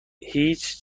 هیچ